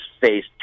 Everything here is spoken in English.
face